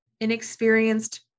inexperienced